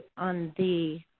on the,